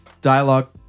dialogue